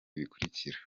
bikurikira